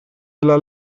della